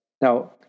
Now